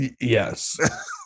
Yes